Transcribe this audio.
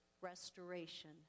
Restoration